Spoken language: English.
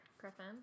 Griffin